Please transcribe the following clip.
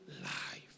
life